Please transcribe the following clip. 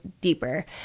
deeper